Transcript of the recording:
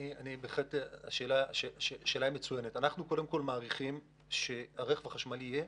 אנחנו מעריכים שהרכב החשמלי יהיה,